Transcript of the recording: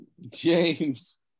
James